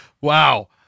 Wow